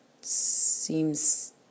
seems